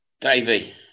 Davey